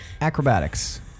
Acrobatics